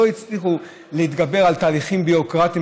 לא הצליחו להתגבר על תהליכים ביורוקרטיים